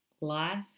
Life